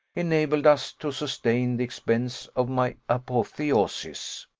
enabled us to sustain the expense of my apotheosis.